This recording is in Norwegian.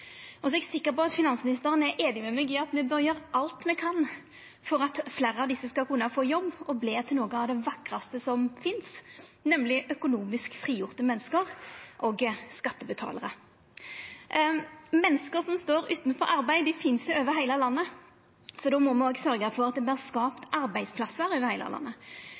Eg er sikker på at finansministeren er einig med meg i at me bør gjera alt me kan for at fleire av desse skal kunna få jobb og verta til noko av det vakraste som finst, nemleg økonomisk frigjorde menneske og skattebetalarar. Menneske som står utanfor arbeid, finst over heile landet, så då må me sørgja for at det vert skapt arbeidsplassar over heile landet.